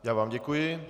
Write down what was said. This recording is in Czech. Já vám děkuji.